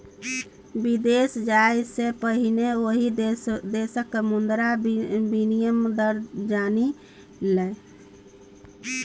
विदेश जाय सँ पहिने ओहि देशक मुद्राक विनिमय दर तँ जानि ले